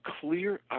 clear